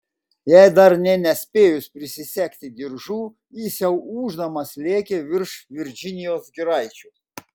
jai dar nė nespėjus prisisegti diržų jis jau ūždamas lėkė virš virdžinijos giraičių